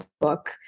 book